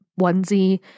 onesie